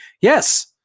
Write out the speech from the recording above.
Yes